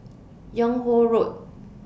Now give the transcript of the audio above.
Yung Ho Road